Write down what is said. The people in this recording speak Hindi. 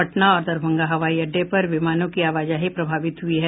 पटना और दरभंगा हवाई अड्डे पर विमानों की आवाजाही प्रभावित हुई है